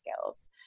skills